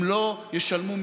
הם לא ישלמו מיסים.